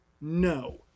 No